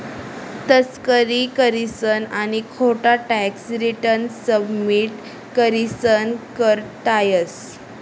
तस्करी करीसन आणि खोटा टॅक्स रिटर्न सबमिट करीसन कर टायतंस